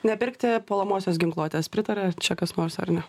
nepirkti puolamosios ginkluotės pritaria čia kas nors ar ne